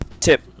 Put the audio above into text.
Tip